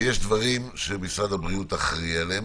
שיש דברים שמשרד הבריאות אחראי עליהם.